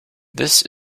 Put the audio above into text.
this